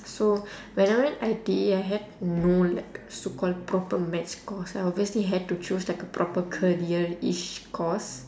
so when I went I_T_E I had no like so called proper maths course I obviously had to choose like a proper careerish course